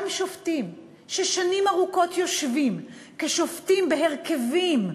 גם שופטים ששנים ארוכות יושבים כשופטים בהרכבים,